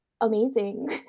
amazing